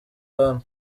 one